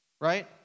right